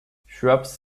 shrubs